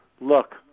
look